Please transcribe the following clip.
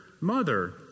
mother